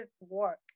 work